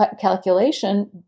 calculation